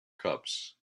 cups